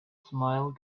smile